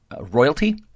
royalty